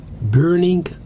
burning